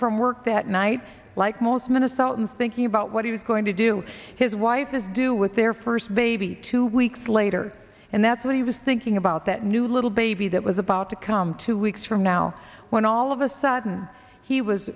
from work that night like most minnesotans thinking about what he was going to do his wife is due with their first baby two weeks later and that's when he was thinking about that new little baby that was about to come two weeks from now when all of a sudden he was